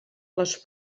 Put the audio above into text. les